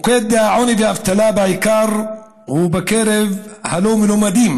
מוקד העוני והאבטלה הוא בעיקר בקרב הלא-מלומדים,